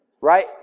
Right